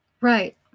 Right